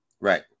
Right